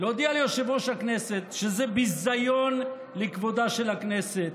להודיע ליושב-ראש הכנסת שזה ביזיון כבודה של הכנסת,